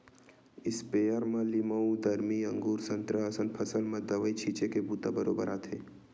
sprayer म लीमउ, दरमी, अगुर, संतरा असन फसल म दवई छिते के बूता बरोबर आथे